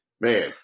man